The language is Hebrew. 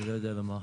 אני לא יודע לומר.